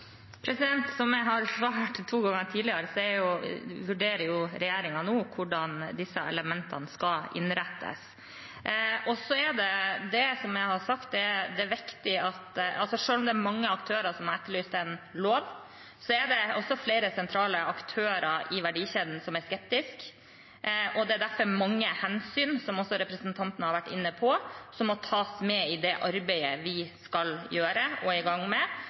Som jeg har svart to ganger tidligere, vurderer regjeringen nå hvordan disse elementene skal innrettes. Selv om det er mange aktører som har etterlyst en lov, er det også flere sentrale aktører i verdikjeden som er skeptiske. Det er derfor mange hensyn, som også representanten har vært inne på, som må tas med i det arbeidet vi skal gjøre og er i gang med.